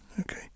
Okay